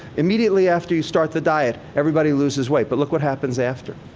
immediately after you start the diet, everybody loses weight. but look what happens after.